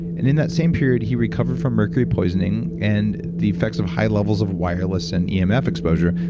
and in that same period he recovered from mercury poisoning and the effects of high levels of wireless and yeah emf exposure,